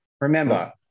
remember